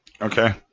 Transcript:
Okay